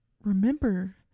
Remember